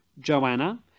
Joanna